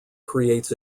creates